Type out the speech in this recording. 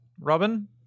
Robin